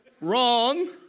Wrong